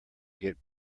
get